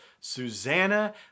Susanna